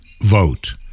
vote